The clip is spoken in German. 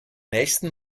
nächsten